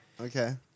Okay